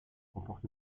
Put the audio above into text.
comporte